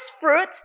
fruit